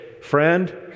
friend